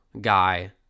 guy